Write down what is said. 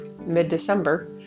mid-December